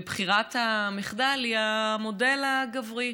וברירת המחדל היא המודל הגברי.